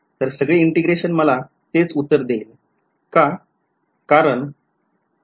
तर सगळे integration मला तेच उत्तर देईल का कारण ते सारखेच function आहे